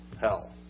hell